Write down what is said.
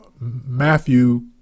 Matthew